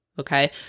Okay